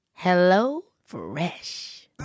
HelloFresh